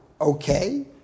Okay